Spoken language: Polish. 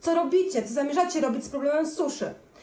Co robicie, co zamierzacie robić z problemem suszy?